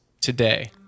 today